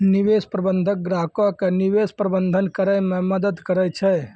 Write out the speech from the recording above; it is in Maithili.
निवेश प्रबंधक ग्राहको के निवेश प्रबंधन करै मे मदद करै छै